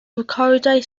recordiau